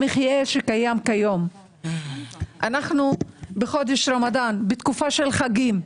אנחנו בחודש רמדאן, בתקופה של חגים.